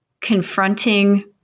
confronting